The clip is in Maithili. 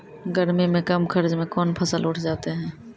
गर्मी मे कम खर्च मे कौन फसल उठ जाते हैं?